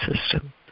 system